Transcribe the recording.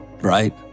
right